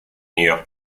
near